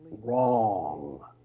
wrong